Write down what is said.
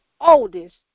oldest